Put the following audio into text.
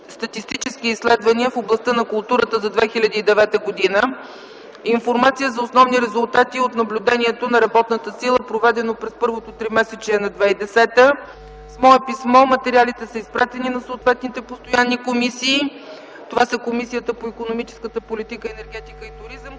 статистически изследвания в областта на културата за 2009 г.” и „Информация за основни резултати от наблюдението на работната сила, проведено през първото тримесечие на 2010 г.”. С мое писмо материалите са изпратени на съответните постоянни комисии. Това са Комисията по икономическата политика, енергетика и туризъм,